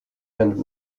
hand